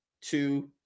two